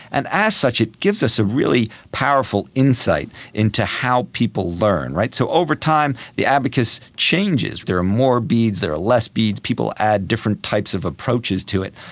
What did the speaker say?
and as such it gives us a really powerful insight into how people learn. so over time the abacus changes, there are more beads, there are less beads, people add different types of approaches to it.